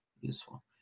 useful